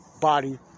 Body